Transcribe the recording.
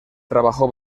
trabajó